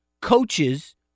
coaches